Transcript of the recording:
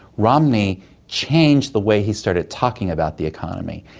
romney changed the way he started talking about the economy,